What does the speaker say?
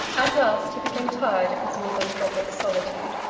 at last he became tired of his misanthropic solitude,